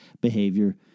behavior